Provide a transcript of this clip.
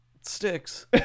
sticks